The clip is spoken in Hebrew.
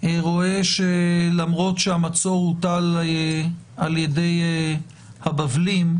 רואה שלמרות שהמצור הוטל על ידי הבבלים,